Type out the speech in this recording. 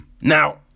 now